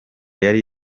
yari